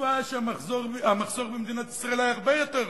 בתקופה שהמחסור במדינת ישראל היה הרבה יותר